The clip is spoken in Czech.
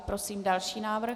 Prosím další návrh.